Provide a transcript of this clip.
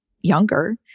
younger